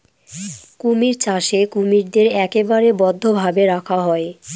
কুমির চাষে কুমিরদের একেবারে বদ্ধ ভাবে রাখা হয়